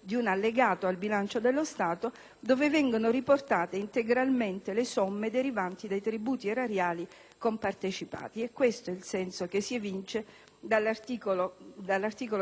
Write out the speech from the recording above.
di un allegato al bilancio dello Stato dove vengono riportate integralmente le somme derivanti dai tributi erariali compartecipati. È questo il senso che si evince dall'articolo